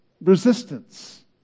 resistance